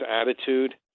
attitude